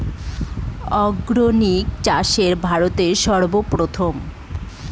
organic চাষে ভারত সর্বপ্রথম